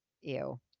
Ew